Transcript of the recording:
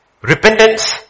Repentance